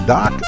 Doc